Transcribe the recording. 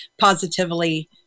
positively